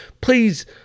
Please